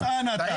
אתה גזען, אתה.